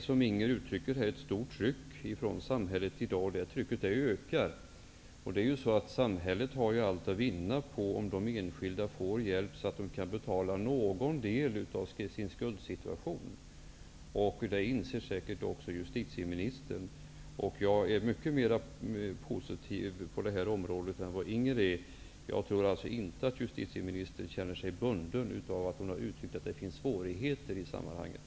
Som Inger Hestvik säger finns i dag ett stort tryck från samhället, och det trycket ökar. Samhället har ju allt att vinna på att de enskilda får hjälp så att de kan betala någon del av sina skulder. Det inser säkert också justitieministern. Jag är mycket mer positiv på det här området än vad Inger Hestvik är. Jag tror alltså inte att justitieministern känner sig bunden av att hon har uttryckt att det finns svårigheter i sammanhanget.